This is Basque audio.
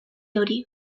hori